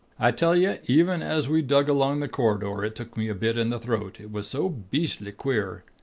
i tell you, even as we dug along the corridor, it took me a bit in the throat, it was so beastly queer.